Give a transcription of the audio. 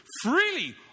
freely